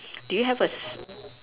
do you have a Si